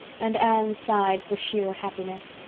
and anne sighed for sheer happiness.